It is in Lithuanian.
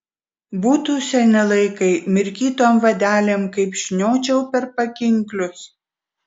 būtų seni laikai mirkytom vadelėm kaip šniočiau per pakinklius